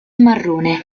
marrone